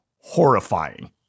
horrifying